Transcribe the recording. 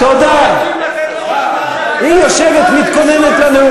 היא תדבר בשם הסיעה,